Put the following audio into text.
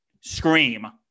Scream